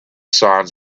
signs